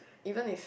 even if